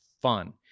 fun